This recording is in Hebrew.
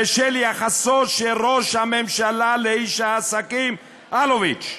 בשל יחסו של ראש הממשלה לאיש העסקים אלוביץ.